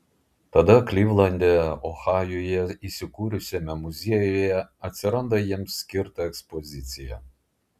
tada klivlande ohajuje įsikūrusiame muziejuje atsiranda jiems skirta ekspozicija